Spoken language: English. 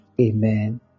amen